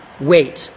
wait